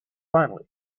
finally